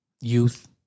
youth